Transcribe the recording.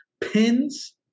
pins